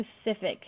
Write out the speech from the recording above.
specific